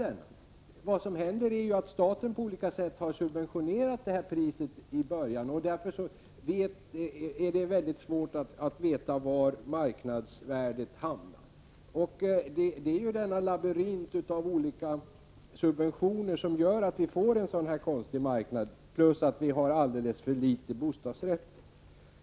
Det som händer är att staten på olika sätt har subventionerat detta pris i början, därför är det mycket svårt att veta var marknadsvärdet hamnar. Det är denna labyrint av olika subventioner som gör att vi får en sådan här konstig marknad, plus att vi har alldeles för få bostadsrätter.